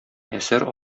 әсәр